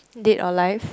dead or life